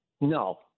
No